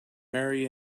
marry